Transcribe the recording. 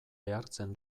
behartzen